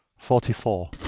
forty four.